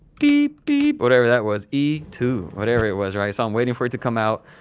beep. beep. whatever that was. e two. whatever it was, right? so, i'm waiting for it to come out.